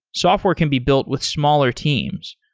software can be built with smaller teams.